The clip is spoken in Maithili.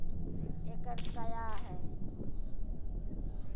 एकड कया हैं?